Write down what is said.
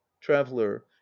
Traveller